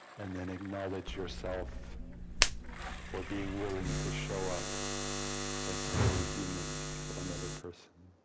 and then acknowledge yourself for being willing to show up as fully human for another person